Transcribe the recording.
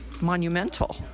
monumental